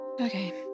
Okay